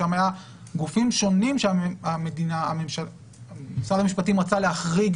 שם היו גופים שונים שמשרד המשפטים רצה להחריג